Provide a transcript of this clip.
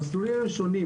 המסלולים שונים.